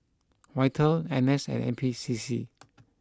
Vital N S and N P C C